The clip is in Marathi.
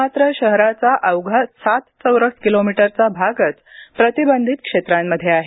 मात्र शहराचा अवघा सात चौरस किलोमीटरचा भागच प्रतिबंधित क्षेत्रांमध्ये आहे